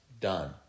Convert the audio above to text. done